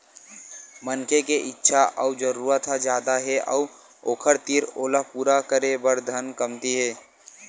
मनखे के इच्छा अउ जरूरत ह जादा हे अउ ओखर तीर ओला पूरा करे बर धन कमती हे